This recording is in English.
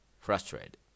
Frustrated